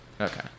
Okay